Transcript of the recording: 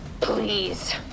Please